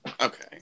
Okay